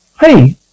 Hey